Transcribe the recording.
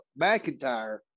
McIntyre